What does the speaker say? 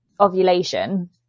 ovulation